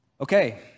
Okay